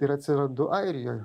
ir atsirandau airijoj